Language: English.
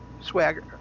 Swagger